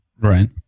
Right